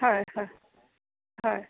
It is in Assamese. হয় হয় হয়